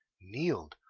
kneeled,